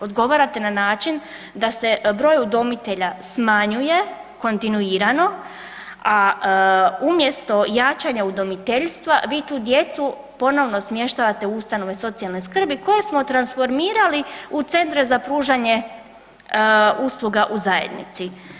Odgovarate na način da se broj udomitelja smanjuje kontinuirano, a umjesto jačanja udomiteljstva vi tu djecu ponovo smještate u ustanove socijalne skrbi koje smo transformirali u centre za pružanje usluga u zajednici.